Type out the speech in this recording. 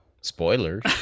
Spoilers